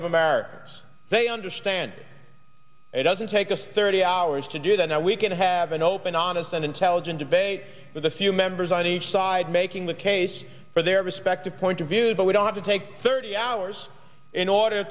of americans they understand it doesn't take a thirty hours to do that now we can have an open honest and intelligent debate with a few members on each side making the case for their respective point of view but we don't have to take thirty hours in order